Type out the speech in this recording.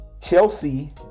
Chelsea